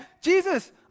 Jesus